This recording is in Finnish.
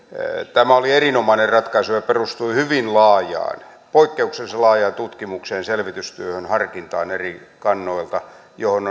tämä oli erinomainen ratkaisu ja perustui hyvin laajaan poikkeuksellisen laajaan tutkimukseen selvitystyöhön harkintaan eri kannoilta johon